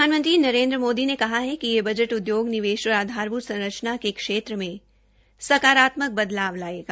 प्रधानमंत्री नरेन्द्र मोदी ने कहा है कि यह बजट उद्योग निवेश और आधारभूत संरचना के क्षेत्र में सकारात्मक बदलाव लायेगा